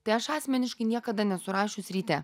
tai aš asmeniškai niekada nesu rašius ryte